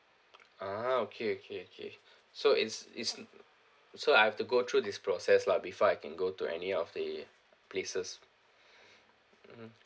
ah okay okay okay so is is so I have to go through this process lah before I can go to any of the places mm